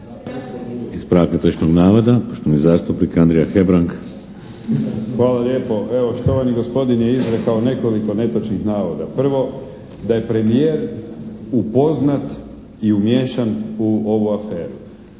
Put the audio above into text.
Ispravak netočnog navoda, poštovani zastupnik Andrija Hebrang. **Hebrang, Andrija (HDZ)** Hvala lijepo. Evo, štovani gospodin je izrekao nekoliko netočnih navoda. Prvo, da je premijer upoznat i umiješan u ovu aferu.